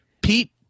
Pete